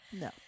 No